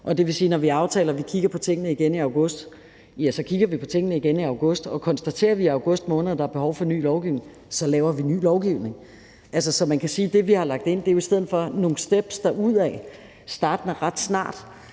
Det vil sige, at når vi aftaler, at vi kigger på tingene igen i august, ja, så kigger vi på tingene igen i august. Og konstaterer vi i august måned, at der er behov for ny lovgivning, så laver vi ny lovgivning. Så man kan sige, at det, vi har lagt ind, jo i stedet for er nogle steps derudad, startende ret snart,